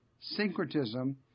syncretism